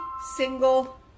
single